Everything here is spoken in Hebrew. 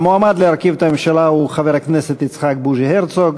המועמד להרכיב את הממשלה הוא חבר הכנסת יצחק בוז'י הרצוג,